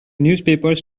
newspapers